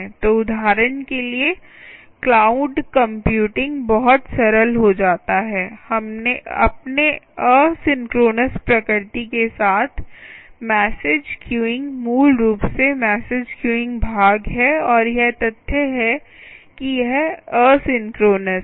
तो उदाहरण के लिए क्लाउड कंप्यूटिंग बहुत सरल हो जाता है अपने असिंक्रोनस प्रकृति के साथ मैसेज क्यूइंग मूल रूप से मैसेज क्यूइंग भाग और यह तथ्य है कि यह असिंक्रोनस है